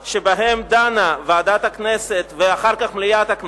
שתי פעמים נוספות שבהן דנה ועדת הכנסת ואחר כך מליאת הכנסת,